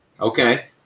Okay